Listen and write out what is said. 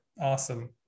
Awesome